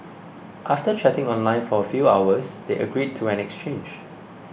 after chatting online for a few hours they agreed to an exchange